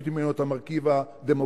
להשמיט ממנו את המרכיב הדמוקרטי,